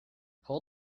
hold